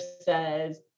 says